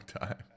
time